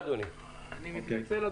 אני מתנצל,